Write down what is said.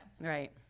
Right